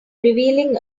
revealing